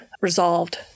resolved